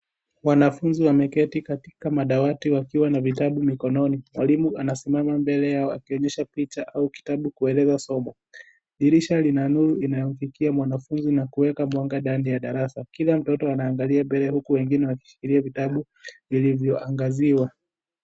Wanafunzi wameketi katika madawati wakiwa na vitabu mikononi, mwalimu anasimama mbele yao akionyesha picha au kitabu kueleza somo, dirisha linanuru inayofikia mwanafunzi na kuweka mwanga ndani ya darasa kila mtoto anaangalia mbele huku wengine wakishikilia vitabu vilivyoangaziwa.